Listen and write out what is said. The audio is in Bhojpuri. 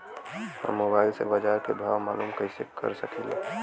हम मोबाइल से बाजार के भाव मालूम कइसे कर सकीला?